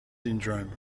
syndrome